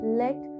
let